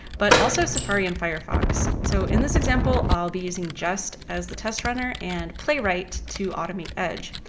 but also safari and firefox. so in this example i'll be using jest as the test runner and playwright to automate edge.